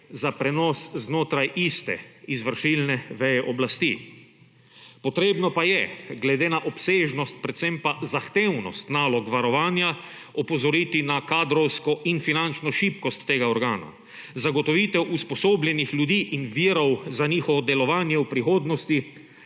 za prenos znotraj iste izvršilne veje oblasti. Potrebno pa je glede na obsežnost predvsem pa zahtevnost nalog varovanja opozoriti na kadrovsko in finančno šibkost tega organa. Zagotovitev usposobljenih ljudi in virov za njihovo delovanje v prihodnosti